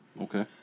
Okay